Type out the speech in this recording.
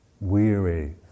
weary